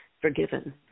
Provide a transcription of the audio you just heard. forgiven